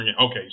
Okay